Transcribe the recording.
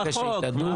כדי שנדע להחליט.